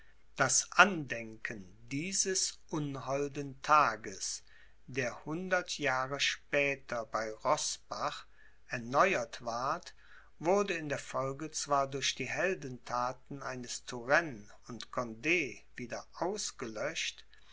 das andenken dieses unholden tages der hundert jahre später bei roßbach erneuert ward wurde in der folge zwar durch die heldenthaten eines turenne und cond wieder ausgelöscht